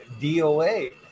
DOA